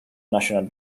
national